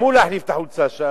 גם הוא לא החליף את החולצה היום.